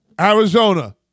Arizona